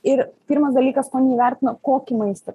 ir pirmas dalykas ko neįvertina kokį maistą